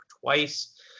twice